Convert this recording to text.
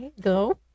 go